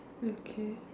okay